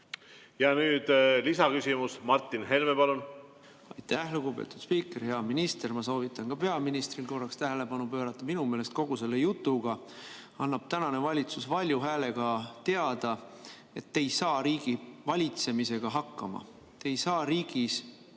te töötate, inimesed? Aitäh, lugupeetud spiiker! Hea minister! Ma soovitan ka peaministril korraks tähelepanu pöörata. Minu meelest kogu selle jutuga annab tänane valitsus valju häälega teada, et te ei saa riigi valitsemisega hakkama. Te ei saa riigis ei sise-